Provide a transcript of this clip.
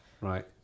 right